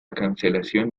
cancelación